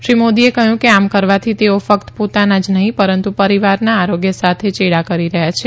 શ્રી મોદીએ કહ્યું કે આમ કરવાથી તેઓ ફક્ત પોતાના જ નહીં પરંતુ પરિવારના આરોગ્ય સાથે ચેડા કરી રહ્યા છે